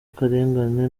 akarengane